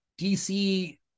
DC